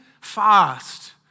fast